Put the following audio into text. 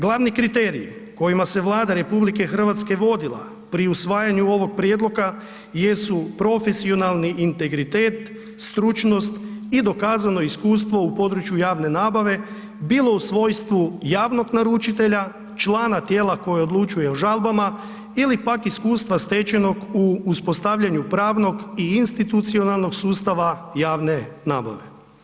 Glavni kriteriji kojima se Vlada RH vodila pri usvajanju ovog prijedloga jesu profesionalni integritet, stručnost i dokazano iskustvo u području javne nabave, bilo u svojstvu javnog naručitelja, člana tijela koje odlučuje o žalbama ili pak iskustva stečenog u uspostavljanju pravnog i institucionalnog sustava javne nabave.